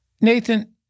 Nathan